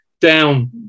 down